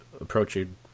approaching